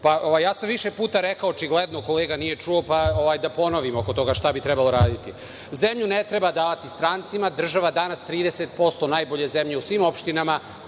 brisanja. Više puta sam rekao, očigledno da kolega nije čuo, pa da ponovim oko toga šta bi trebalo raditi. Zemlju ne treba davati strancima. Država danas 30% najbolje zemlje u svim opštinama